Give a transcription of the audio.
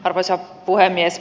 arvoisa puhemies